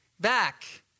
back